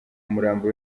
umurambo